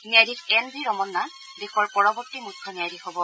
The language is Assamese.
ন্যায়াধীশ এন ভি ৰমন্না দেশৰ পৰৱৰ্তী মুখ্য ন্যায়াধীশ হ'ব